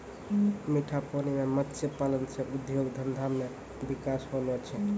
मीठा पानी मे मत्स्य पालन से उद्योग धंधा मे बिकास होलो छै